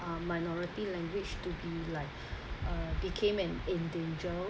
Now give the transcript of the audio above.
uh minority language to be like uh became an endangered